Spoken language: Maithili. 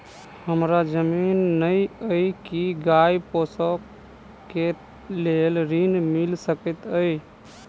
हमरा जमीन नै अई की गाय पोसअ केँ लेल ऋण मिल सकैत अई?